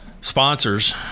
sponsors